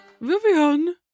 Vivian